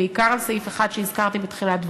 בעיקר על סעיף אחד שהזכרתי בתחילת דברי,